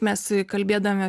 mes kalbėdami